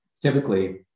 typically